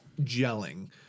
gelling